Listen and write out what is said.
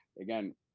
again